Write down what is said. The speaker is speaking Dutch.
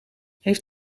heeft